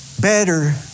better